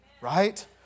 right